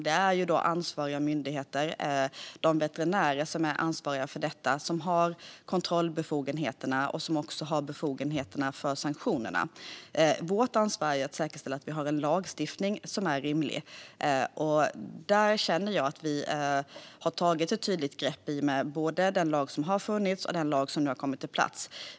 Det är ansvariga myndigheter och veterinärer som har kontrollbefogenheterna och befogenheterna att utdöma sanktioner. Vårt ansvar är att säkerställa att vi har en lagstiftning som är rimlig. Där känner jag att vi har tagit ett tydligt grepp, både med den lag som har funnits och med den lag som nu har kommit på plats.